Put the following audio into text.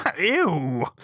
Ew